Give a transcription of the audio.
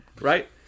Right